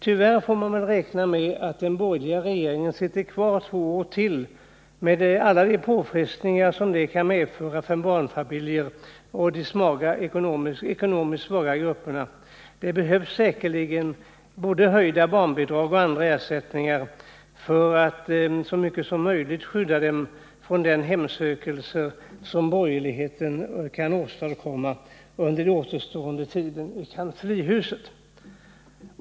Tyvärr får man väl räkna med att den borgerliga regeringen sitter kvar ytterligare två år, med alla de påfrestningar som det kan medföra för barnfamiljerna och de ekonomiskt svaga grupperna. Det behövs säkerligen både höjda barnbidrag och andra ersättningar för att så mycket som möjligt skydda dem från de hemsökelser som borgerligheten kan åstadkomma under sin återstående tid i kanslihuset.